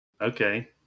Okay